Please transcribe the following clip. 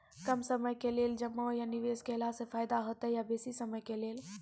कम समय के लेल जमा या निवेश केलासॅ फायदा हेते या बेसी समय के लेल?